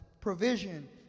provision